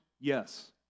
Yes